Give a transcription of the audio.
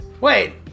wait